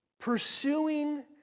pursuing